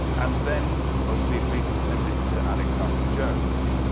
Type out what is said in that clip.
and then we agreed to send it to alexander jones.